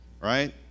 right